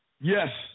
Yes